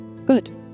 Good